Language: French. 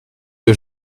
que